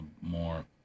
more